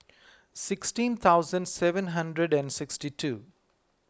sixteen thousand seven hundred and sixty two